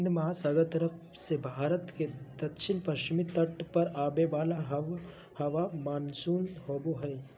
हिन्दमहासागर तरफ से भारत के दक्षिण पश्चिम तट पर आवे वाला हवा मानसून होबा हइ